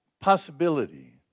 possibility